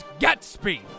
Gatsby